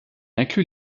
inclut